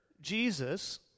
Jesus